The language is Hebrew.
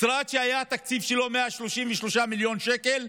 משרד שהתקציב שלו היה 133 מיליון שקל,